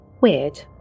Weird